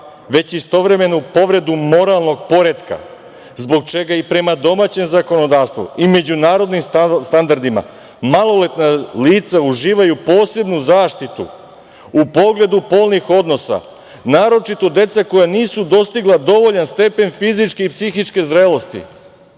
već istovremeno povredu moralnog poretka, zbog čega i prema domaćem zakonodavstvu i međunarodnim standardima maloletna lica uživaju posebnu zaštitu u pogledu polnih odnosa, naročito deca koja nisu dostigla dovoljan stepen fizičke i psihičke zrelosti. Pa,